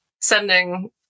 sending